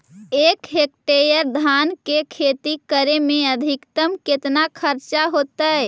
एक हेक्टेयर धान के खेती करे में अधिकतम केतना खर्चा होतइ?